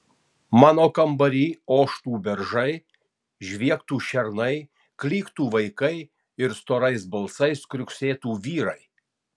mano kambary oštų beržai žviegtų šernai klyktų vaikai ir storais balsais kriuksėtų vyrai